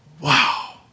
Wow